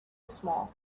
small